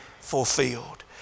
fulfilled